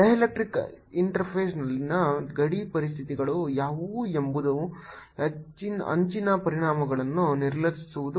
dielectrics ಇಂಟರ್ಫೇಸ್ನಲ್ಲಿನ ಗಡಿ ಪರಿಸ್ಥಿತಿಗಳು ಯಾವುವು ಎಂಬ ಅಂಚಿನ ಪರಿಣಾಮಗಳನ್ನು ನಿರ್ಲಕ್ಷಿಸುವುದು